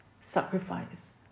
sacrifice